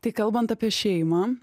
tai kalbant apie šeimą